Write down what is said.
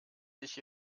sich